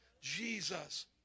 Jesus